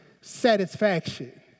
satisfaction